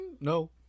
no